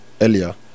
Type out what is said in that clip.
earlier